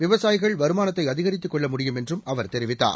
விவசாயிகள் வருமானத்தை அதிகரித்துக் கொள்ள முடியும் என்றும் அவர் தெரிவித்தார்